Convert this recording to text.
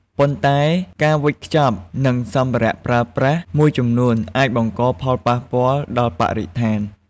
ប៉ុន្តែការវេចខ្ចប់ និងសម្ភារៈប្រើប្រាស់មួយចំនួនអាចបង្កផលប៉ះពាល់ដល់បរិស្ថាន។